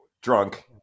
drunk